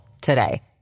today